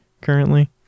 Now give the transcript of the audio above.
currently